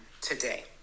today